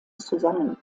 zusammen